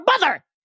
mother